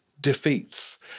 defeats